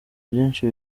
byinshi